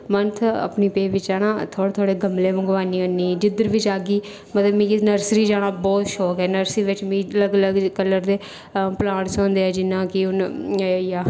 month अपनी पेऽ बिच्चा ना थोह्ड़े थोह्ड़े गमले मंगवानी होन्नीं जिद्धर बी जाह्गी मतलब मिगी नर्सरी जाना बोह्त शौक ऐ नर्सरी बिच्च मी अलग अलग कलर दे प्लांट्स होंदे जियां कि एह् होई गेआ